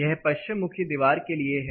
यह पश्चिम मुखी दीवार के लिए हैं